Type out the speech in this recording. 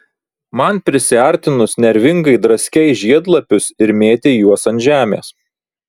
man prisiartinus nervingai draskei žiedlapius ir mėtei juos ant žemės